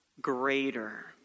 Greater